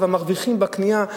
מרוויחים בקנייה,